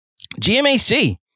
GMAC